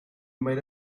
might